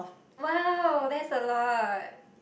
!wow! that's a lot